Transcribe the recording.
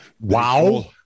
wow